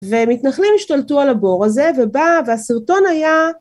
ומתנחלים השתלטו על הבור הזה, ובא, והסרטון היה...